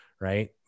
Right